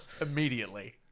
immediately